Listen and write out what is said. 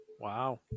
wow